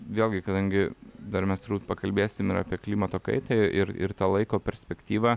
vėlgi kadangi dar mes turbūt pakalbėsim ir apie klimato kaitą ir ir tą laiko perspektyvą